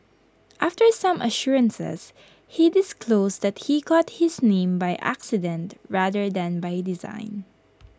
after some assurances he disclosed that he got his name by accident rather than by design